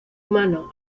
humano